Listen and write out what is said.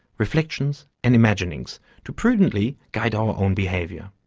reflections and imaginings to prudently guide our own behavior.